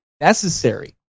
necessary